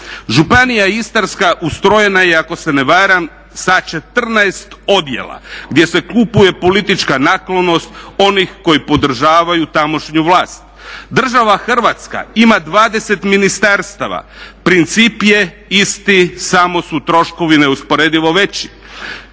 Županija Istarska ustrojena je ako se ne varam sa 14 odjela gdje se kupuje politička naklonost onih koji podržavaju tamošnju vlast. Država Hrvatska ima 20 ministarstava. Princip je isti samo su troškovi neusporedivo veći.